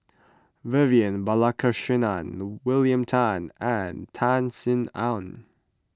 Vivian Balakrishnan William Tan and Tan Sin Aun